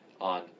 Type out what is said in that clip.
on